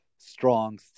strong